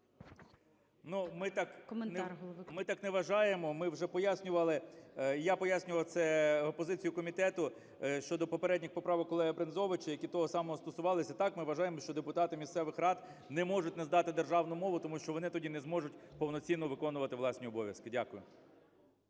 Ми вже пояснювали… я пояснював це позицію комітету щодо попередніх поправок колеги Брензовича, які того самого стосувалися. Так, ми вважаємо, що депутати місцевих рад не можуть не знати державну мову, тому що вони тоді не зможуть повноцінно виконувати власні обов'язки. Дякую.